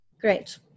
Great